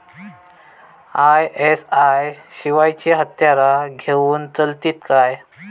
ISI शिवायची हत्यारा घेऊन चलतीत काय?